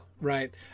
Right